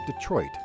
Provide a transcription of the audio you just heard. Detroit